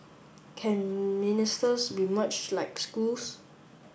can ministers be merged like schools